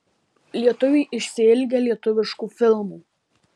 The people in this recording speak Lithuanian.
lietuviai išsiilgę lietuviškų filmų